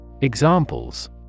Examples